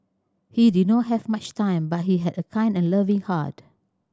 he did not have much time but he had a kind and loving heart